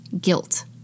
guilt